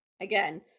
again